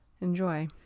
Enjoy